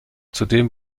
zudem